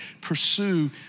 pursue